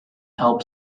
help